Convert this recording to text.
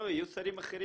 לא, יהיו שרים אחרים.